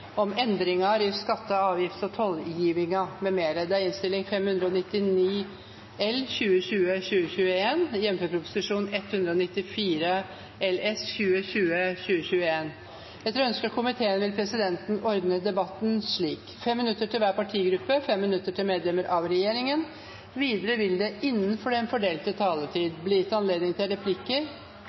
om ordet. Etter ønske fra finanskomiteen vil presidenten ordne debatten slik: 5 minutter til hver partigruppe og 5 minutter til medlemmer av regjeringen. Videre vil det – innenfor den fordelte taletid – bli gitt anledning til replikker